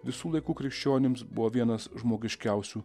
visų laikų krikščionims buvo vienas žmogiškiausių